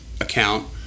account